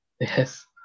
Yes